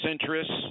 interests